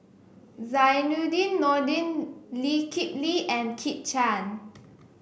Zainudin Nordin Lee Kip Lee and Kit Chan